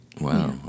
Wow